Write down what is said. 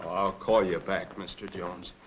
i'll call you back, mr. jones.